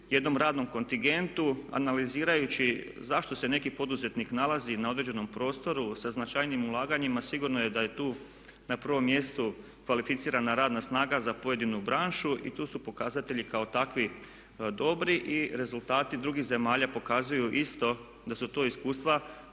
jednom radnom kontingentu, analiziraju zašto se neki poduzetnik nalazi na određenom prostoru sa značajnijim ulaganjima, sigurno je da je tu na prvom mjestu kvalificirana radna snaga za pojedinu branšu i tu su pokazatelji kao takvi dobri i rezultati drugih zemalja pokazuju isto da su to iskustva